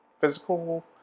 Physical